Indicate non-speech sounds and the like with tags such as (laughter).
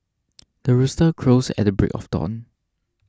(noise) the rooster crows at the break of dawn